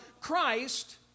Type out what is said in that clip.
Christ